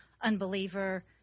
unbeliever